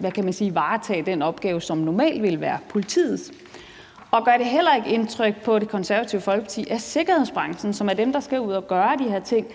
hvad kan man sige, varetage den opgave, som normalt ville være politiets? Og gør det heller ikke indtryk på Det Konservative Folkeparti, at sikkerhedsbranchen, som er dem, der skal ud at gøre de her ting,